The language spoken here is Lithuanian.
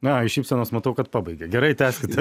na šypsenos matau kad pabaigė gerai tęskite